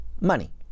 Money